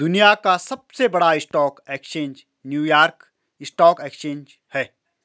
दुनिया का सबसे बड़ा stock exchange New York stock exchange है